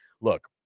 look